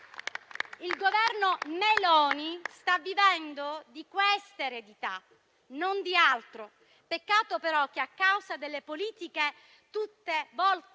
Il Governo Meloni sta vivendo di questa eredità, non di altro. Peccato però che, a causa delle politiche tutte volte